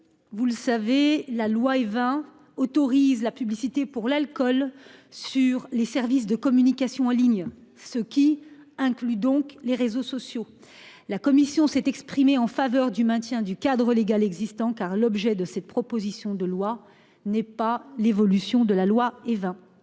vous le savez, la loi Évin autorise la publicité pour l'alcool sur les services de communication en ligne, dont les réseaux sociaux. La commission s'est exprimée en faveur du maintien du cadre légal existant, car l'objet de cette proposition de loi n'est pas de faire évoluer la loi Évin,